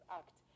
act